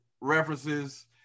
references